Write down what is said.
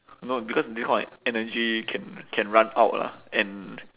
no because this kind of energy can can run out lah and